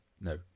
no